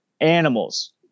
animals